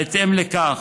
בהתאם לכך,